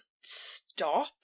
stop